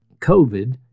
COVID